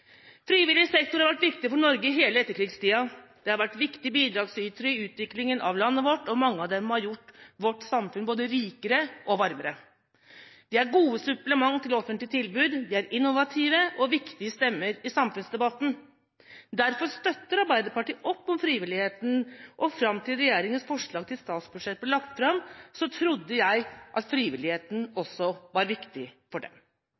frivillig sektor. Frivillig sektor har vært viktig for Norge i hele etterkrigstida, den har vært en viktig bidragsyter i utviklinga av landet vårt, og mange har gjort vårt samfunn både rikere og varmere. Den er et godt supplement til offentlige tilbud, den er innovativ og har viktige stemmer i samfunnsdebatten. Derfor støtter Arbeiderpartiet opp om frivilligheten, og fram til regjeringas forslag til statsbudsjett ble lagt fram, trodde jeg at frivilligheten også var viktig for